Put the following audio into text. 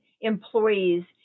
employees